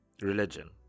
Religion